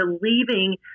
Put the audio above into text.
leaving